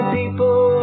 people